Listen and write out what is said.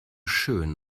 schön